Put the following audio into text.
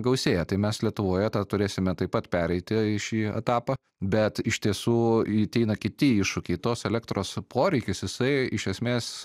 gausėja tai mes lietuvoje tą turėsime taip pat pereiti į šį etapą bet iš tiesų į teina kiti iššūkiai tos elektros poreikis jisai iš esmės